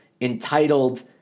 entitled